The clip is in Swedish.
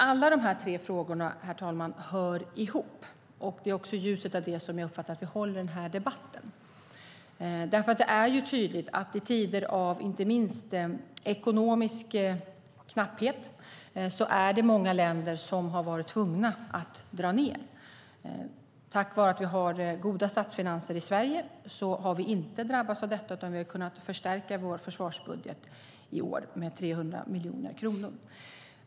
Alla dessa tre delar hör ihop, herr talman, Det är också i ljuset av detta som jag uppfattar att vi håller denna debatt. I tider av ekonomisk knapphet har många länder varit tvungna att dra ned. Tack vare att vi har goda statsfinanser i Sverige har vi inte drabbats av detta, utan vi har kunnat förstärka vår försvarsbudget i år med 300 miljoner kronor.